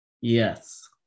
Yes